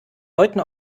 leuten